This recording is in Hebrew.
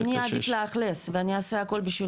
אני אעדיף לאכלס ואני אעשה הכול בשביל